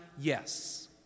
yes